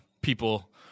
people